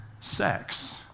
sex